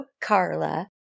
Carla